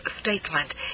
statement